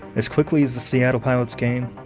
as quickly as the seattle pilots came,